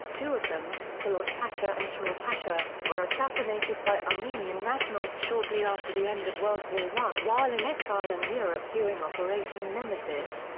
two of them, talaat pasha and djemal pasha, were assassinated by armenian nationals shortly after the end of world war i while in exile in europe during operation nemesis,